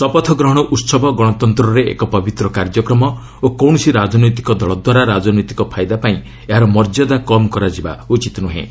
ଶପଥ ଗ୍ରହଣ ଉତ୍ସବ ଗଣତନ୍ତରେ ଏକ ପବିତ୍ର କାର୍ଯ୍ୟକ୍ରମ ଓ କୌଣସି ରାଜନୈତିକ ଦଳଦ୍ୱାରା ରାଜନୈତିକ ଫାଇଦା ପାଇଁ ଏହାର ମର୍ଯ୍ୟାଦା କମ୍ କରାଯିବା ଉଚିତ ନୁହେଁ